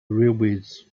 railways